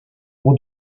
pour